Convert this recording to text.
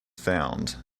found